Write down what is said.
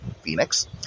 Phoenix